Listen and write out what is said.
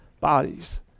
bodies